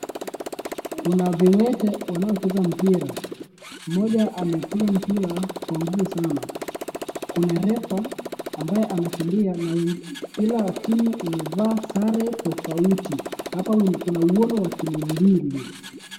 Kuna viwete wanaocheza mpira. Mmoja amepiga mpira kwa nguvu mno. Kuna refa ambaye anakimbia na wengine. Kila timu imevaa sare tofauti hapa kuna muono wa timu mbili.